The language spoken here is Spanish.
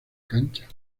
cancha